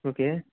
okay